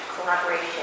collaboration